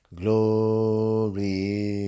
glory